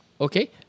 Okay